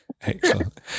Excellent